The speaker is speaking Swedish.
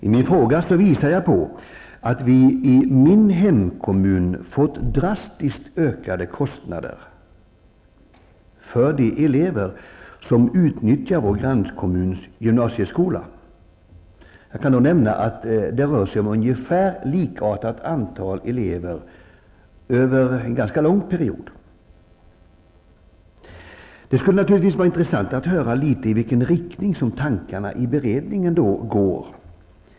I min fråga visar jag på att vi i min hemkommun fått drastiskt ökade kostnader för de elever som utnyttjar grannkommunens gymnasieskola. Det rör sig om ungefär likartat antal elever över en ganska lång period. Det skulle naturligtvis vara intressant att höra litet i vilken riktning tankarna i beredningen går.